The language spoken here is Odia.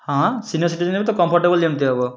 ହଁ ସିନିୟର୍ ସିଟିଜେନ୍ କମ୍ଫଟେବୁଲ୍ ଯେମିତି ହବ